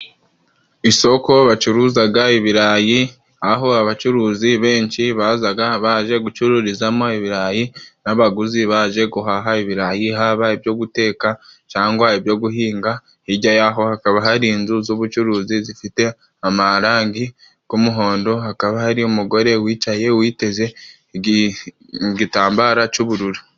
Isoko bacuruzaga ibirayi, aho abacuruzi benshi bazaga baje gucururizamo ibirayi, n'abaguzi baje guhaha ibirayi haba ibyo guteka cangwa ibyo guhinga. Hirya yaho hakaba hari inzu z'ubucuruzi zifite amarangi g'umuhondo, hakaba hari umugore wicaye witeze igitambara c'ubururu.